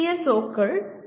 ஓக்கள் பி